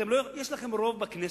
יש לכם רוב בכנסת,